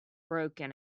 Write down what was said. broken